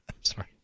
sorry